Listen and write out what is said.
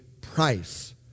price